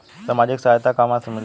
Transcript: सामाजिक सहायता कहवा से मिली?